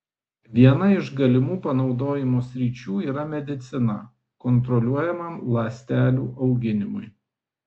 viena iš galimų panaudojimo sričių yra medicina kontroliuojamam ląstelių auginimui